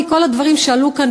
מכל הדברים שעלו כאן,